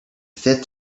fit